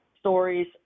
stories